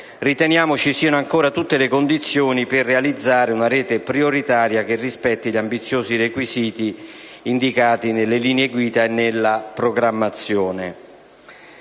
riteniamo ci siano ancora tutte le condizioni per realizzare una rete prioritaria che rispetti gli ambiziosi requisiti indicati nelle linee guida e nella programmazione.